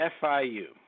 FIU